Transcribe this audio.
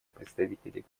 представителей